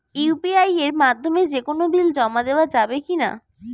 UPI এর মাধ্যমে যে কোনো বিল জমা দেওয়া যাবে কি না?